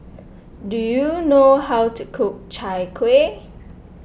do you know how to cook Chai Kueh